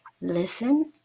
listen